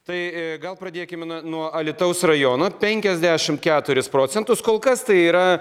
tai gal pradėkime nuo alytaus rajono penkiasdešimt keturis procentus kol kas tai yra